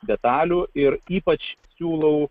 detalių ir ypač siūlau